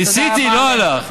ניסיתי, לא הלך.